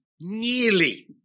Nearly